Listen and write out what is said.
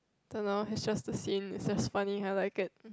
don't know it's just the scene it's just funny I like it